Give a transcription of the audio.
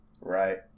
Right